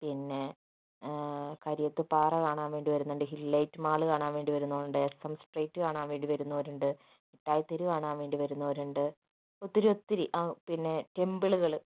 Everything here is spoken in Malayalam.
പിന്നെ കരിയത്ത് പാറ കാണാൻ വേണ്ടി വരുന്നുണ്ട് ഹൈലൈറ്റ് മാൾ കാണാൻ വേണ്ടി വരുന്നുണ്ട് എസ് എം സ്ട്രീറ്റ് കാണാൻ വേണ്ടി വരുന്നവരുണ്ട് മിട്ടായിത്തെരുവ് കാണാൻ വേണ്ടി വരുന്നവരുണ്ട് ഒത്തിരി ഒത്തിരി പിന്നെ ടെമ്പിളുകള്